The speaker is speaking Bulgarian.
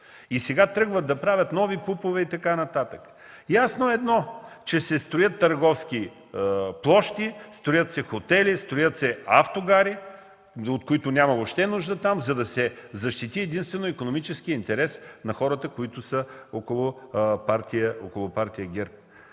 Сега тръгват да правят нови ПУП и така нататък. Ясно е едно – че се строят търговски площи, строят се хотели, строят се автогари, от които въобще няма нужда там, за да се защити единствено икономическият интерес на хората, които са около партия ГЕРБ.